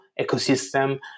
ecosystem